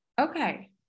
okay